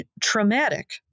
traumatic